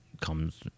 comes